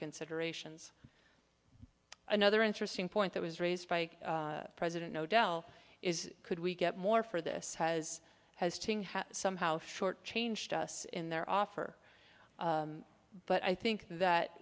considerations another interesting point that was raised by president no dell is could we get more for this has has to somehow short changed us in their offer but i think that